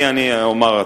אני אומר,